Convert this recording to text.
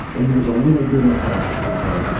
and there's a little bit of a of a